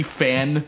fan